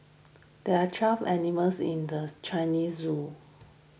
there are twelve animals in the Chinese zoo